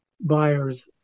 buyers